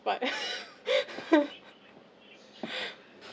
part